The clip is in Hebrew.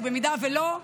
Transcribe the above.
ובמידה שלא,